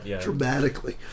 dramatically